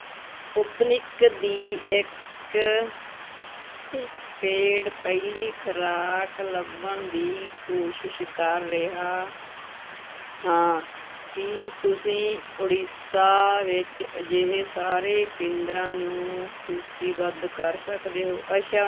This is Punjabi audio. ਸਪੁਤਨਿਕ ਦੀ ਇੱਕ ਪੇਡ ਪਹਿਲੀ ਖੁਰਾਕ ਲੱਭਣ ਦੀ ਕੋਸ਼ਿਸ਼ ਕਰ ਰਿਹਾ ਹਾਂ ਕੀ ਤੁਸੀਂ ਉੜੀਸਾ ਵਿੱਚ ਅਜਿਹੇ ਸਾਰੇ ਕੇਂਦਰਾਂ ਨੂੰ ਸੂਚੀਬੱਧ ਕਰ ਸਕਦੇ ਹੋ